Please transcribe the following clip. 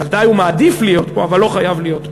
ודאי הוא מעדיף להיות פה, אבל לא חייב להיות.